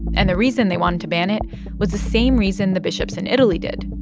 and the reason they wanted to ban it was the same reason the bishops in italy did.